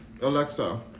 Alexa